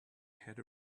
had